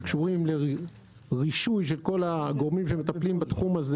שקשורים לרישוי של כל הגורמים ש מטפלים בתחום הזה